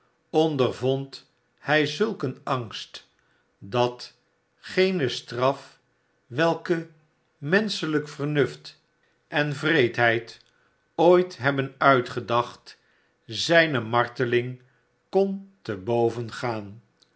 ondervond hij zulk een angst dat geene straf welke menschelijk vernuft en wreedheid ooit hebben uitgedacht zijne marteling kon te boven gaan